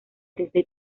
desde